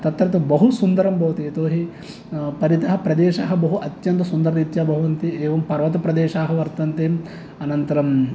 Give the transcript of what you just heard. तत्र तु बहुसुन्दरं भवति यतोहि परितः प्रदेशः बहु अत्यन्तसुन्दररीत्या भवन्ति एवं पर्वतप्रदेशाः वर्तन्ते अनन्तरं